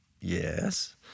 Yes